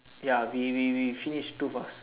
ya we we we finish too fast